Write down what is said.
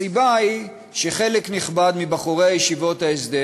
הסיבה היא שחלק נכבד מבחורי ישיבות ההסדר